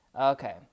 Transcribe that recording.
Okay